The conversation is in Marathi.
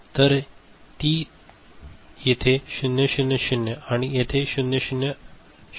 तर ती येथे 0 0 0 आणि येथे 0 0 0 1 असावी